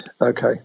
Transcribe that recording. Okay